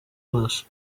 maso